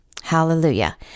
Hallelujah